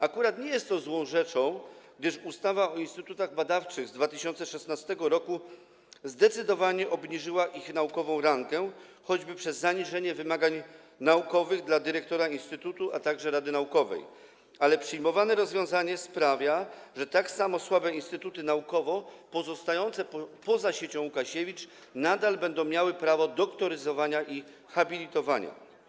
Akurat nie jest to złą rzeczą, gdyż ustawa o instytutach badawczych z 2016 r. zdecydowanie obniżyła ich naukową rangę, choćby przez zaniżenie wymagań naukowych dla dyrektora instytutu, a także rady naukowej, ale przyjmowane rozwiązanie sprawia, że instytuty tak samo słabe naukowo, pozostające poza siecią Łukasiewicz, nadal będą miały prawo doktoryzowania i habilitowania.